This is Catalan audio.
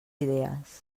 idees